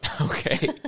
Okay